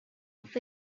主办